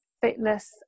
fitness